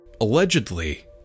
Allegedly